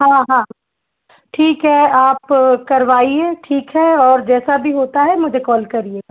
हाँ हाँ ठीक है आप करवाइए ठीक है और जैसा भी होता है मुझे कॉल करिएगा